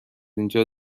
اینجا